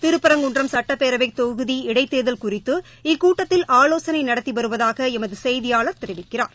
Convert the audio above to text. திருப்பரங்குன்றம் சட்டப்பேரவை தொகுதி இடைத்தேர்தல் குறித்து இக்கூட்டத்தில் ஆரோலாசனை நடத்தி வருவதாக எமது செய்தியாளர் தெரிவிக்கிறார்